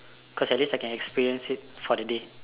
cause at least I can experience it for the day